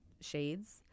shades